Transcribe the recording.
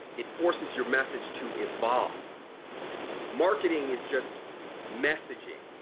it forces your message to evolve marketing is just messaging.